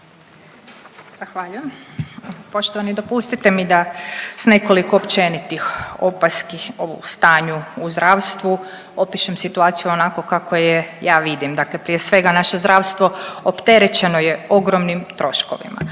Zahvaljujem. Poštovani dopustite mi da sa nekoliko općenitih opaski o stanju u zdravstvu opišem situaciju onako kako je ja vidim. Dakle, prije svega naše zdravstvo opterećeno je ogromnim troškovima.